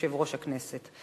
יושב-ראש הכנסת.